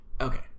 okay